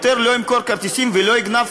יותר הוא לא ימכור כרטיסים ולא יגנוב